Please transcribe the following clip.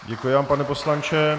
Děkuji vám, pane poslanče.